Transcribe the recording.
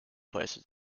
places